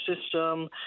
system